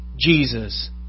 Jesus